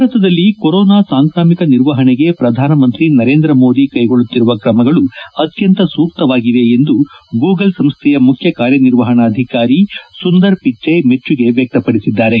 ಭಾರತದಲ್ಲಿ ಕೊರೊನಾ ಸಾಂಕ್ರಾಮಿಕ ನಿರ್ವಹಣೆಗೆ ಪ್ರಧಾನಮಂತಿ ನರೇಂದ್ರ ಮೋದಿ ಕ್ಕೆಗೊಳ್ಳುತ್ತಿರುವ ಕ್ರಮಗಳು ಅತ್ಯಂತ ಸೂಕ್ತವಾಗಿವೆ ಎಂದು ಗೂಗಲ್ ಸಂಸ್ದೆಯ ಮುಖ್ಯ ಕಾರ್ಯನಿರ್ವಹಣಾಧಿಕಾರಿ ಸುಂದರ್ ಪಿಚ್ಚೆ ಮೆಚ್ಚುಗೆ ವ್ಯಕ್ತಪಡಿಸಿದ್ದಾರೆ